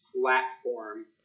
platform